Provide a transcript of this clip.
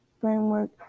framework